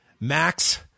Max